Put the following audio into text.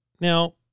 Now